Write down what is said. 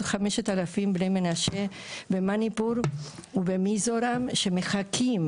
5,000 בני מנשה במניפור ובמיזוראם שמחכים.